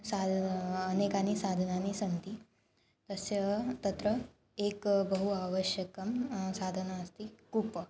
साल् अनेकानि साधनानि सन्ति तस्य तत्र एकं बहु आवश्यकं साधनम् अस्ति कूपः